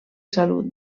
salut